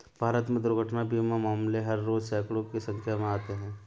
भारत में दुर्घटना बीमा मामले हर रोज़ सैंकडों की संख्या में आते हैं